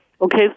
Okay